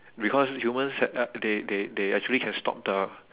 because humans uh they they they actually can stop the